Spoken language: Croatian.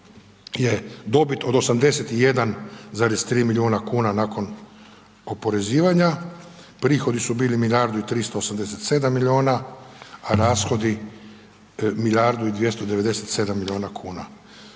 je dobit od 81,3 milijuna kuna nakon oporezivanja, prihodi su bili milijardu i 387 miliona, a rashodi milijardu i 297 miliona kuna.